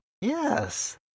Yes